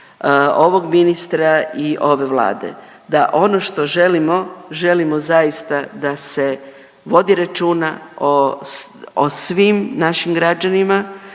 ovog ministra i ove Vlade, da ono što želimo, želimo zaista da se vodi računa o svim našim građanima,